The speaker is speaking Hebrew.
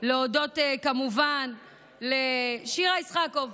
להודות כמובן לשירה איסקוב,